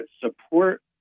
support